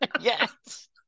Yes